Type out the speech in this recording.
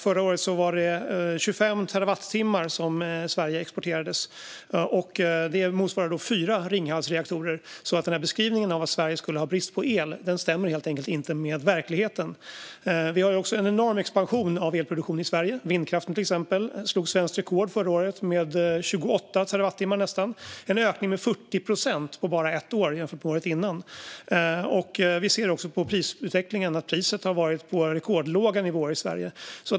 Förra året var det 25 terawattimmar som exporterades från Sverige. Det motsvarar fyra Ringhalsreaktorer. Beskrivningen att Sverige skulle ha brist på el stämmer helt enkelt inte med verkligheten. Vi har också en enorm expansion av elproduktion i Sverige. Vindkraften slog till exempel svenskt rekord förra året med nästan 28 terawatttimmar. Det är en ökning med 40 procent jämfört med bara året innan. Vi ser också på prisutvecklingen att priset har varit på rekordlåga nivåer i Sverige.